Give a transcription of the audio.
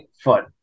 foot